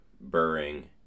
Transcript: burring